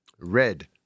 Red